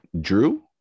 drew